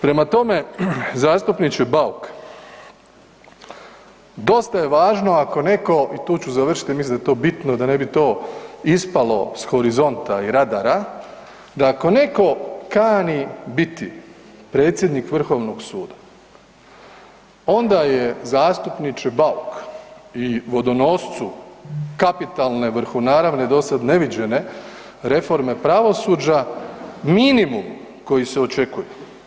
Prema tome, zastupniče Bauk, dosta je važno, ako netko, i tu ću završiti, mislim da je to bitno da ne bi to ispalo s horizonta i radara, da ako netko kani biti predsjednik Vrhovnog suda, onda je zastupniče Bauk i vodonoscu kapitalne, vrhunaravne, dosad neviđene reforme pravosuđa, minimum koji se očekuju.